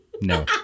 No